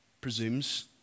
presumes